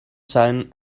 sein